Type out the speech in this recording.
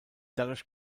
dadurch